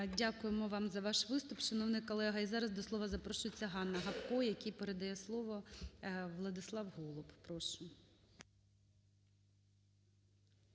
Дякуємо вам за ваш виступ, шановний колего. І зараз до слова запрошується Ганна Гопко, якій передає слово Владислав Голуб. Прошу.